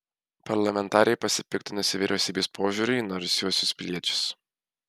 parlamentarė pasipiktinusi vyriausybės požiūriu į narsiuosius piliečius